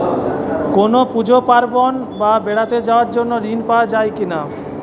কোনো পুজো পার্বণ বা বেড়াতে যাওয়ার জন্য ঋণ পাওয়া যায় কিনা?